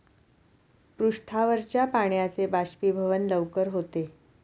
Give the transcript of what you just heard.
पृष्ठावरच्या पाण्याचे बाष्पीभवन लवकर होते